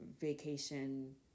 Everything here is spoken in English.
vacation